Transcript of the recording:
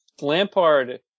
Lampard